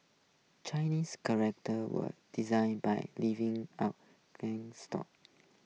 Chinese characters were design by leaving out gain store